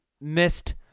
missed